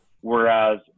whereas